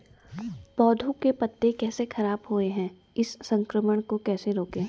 पौधों के पत्ते कैसे खराब हुए हैं इस संक्रमण को कैसे रोकें?